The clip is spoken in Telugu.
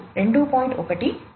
1 2